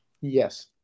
Yes